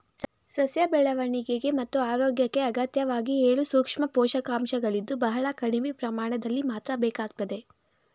ಸಸ್ಯ ಬೆಳವಣಿಗೆ ಮತ್ತು ಆರೋಗ್ಯಕ್ಕೆ ಅತ್ಯಗತ್ಯವಾಗಿ ಏಳು ಸೂಕ್ಷ್ಮ ಪೋಷಕಾಂಶಗಳಿದ್ದು ಬಹಳ ಕಡಿಮೆ ಪ್ರಮಾಣದಲ್ಲಿ ಮಾತ್ರ ಬೇಕಾಗ್ತದೆ